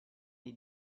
les